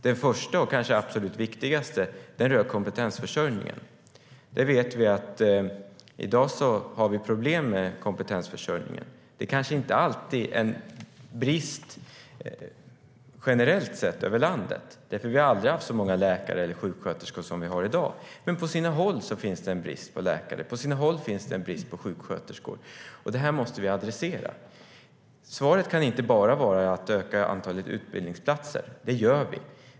Den första och absolut viktigaste förändringen rör kompetensförsörjningen. Vi vet att det i dag finns problem med kompetensförsörjningen. Det är kanske inte alltid en brist generellt sett över landet. Vi har aldrig haft så många läkare eller sjuksköterskor som i dag. Men på sina håll finns en brist på läkare, och på sina håll finns en brist på sjuksköterskor. Det måste vi adressera. Svaret kan inte bara vara att öka antalet utbildningsplatser. Det gör vi.